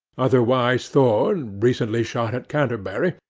otherwise thorn, recently shot at canterbury,